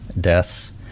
deaths